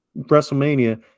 wrestlemania